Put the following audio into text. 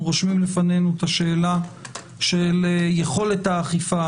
רושמים לפנינו את השאלה של יכולת האכיפה,